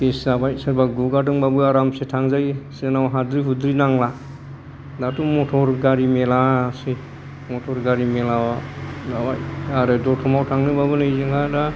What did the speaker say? फिस जाबाय सोरबा गुगादोंबाबो आरामसे थांजायो जोंनाव हाद्रि हुद्रि नांला दाथ' मटर गारि मेरलासै मटर गारि मेरला लाबाय आरो दतमायाव थांनोबाबो नै जोंहा दा